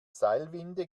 seilwinde